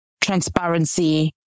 transparency